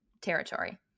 territory